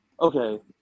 okay